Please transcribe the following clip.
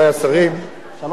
ההצעה הזאת,